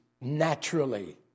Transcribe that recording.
naturally